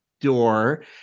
door